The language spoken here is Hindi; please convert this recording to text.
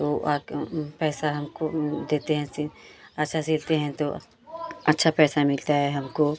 तो पैसा हमको देते हैं अच्छा सिलते हैं तो अच्छा पैसा मिलता है हमको